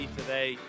today